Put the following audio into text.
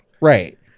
Right